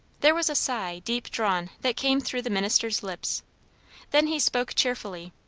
there was a sigh, deep drawn, that came through the minister's lips then he spoke cheerfully